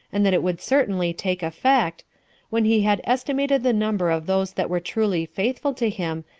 and that it would certainly take effect when he had estimated the number of those that were truly faithful to him,